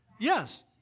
Yes